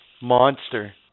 monster